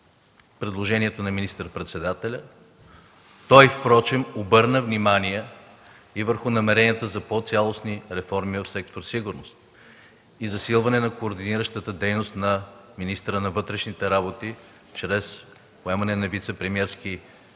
предложението на министър-председателя. Той впрочем обърна внимание и върху намеренията за по-цялостни реформи в сектор „Сигурност“ и засилване на координиращата дейност на министъра на вътрешните работи чрез поемане на вицепремиерска позиция.